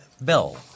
bell